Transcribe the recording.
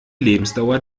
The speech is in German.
lebensdauer